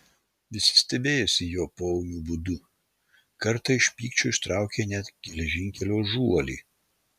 visi stebėjosi jo poūmiu būdu kartą iš pykčio ištraukė net geležinkelio žuolį